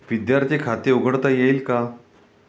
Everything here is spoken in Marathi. विद्यार्थी खाते उघडता येईल का?